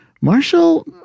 Marshall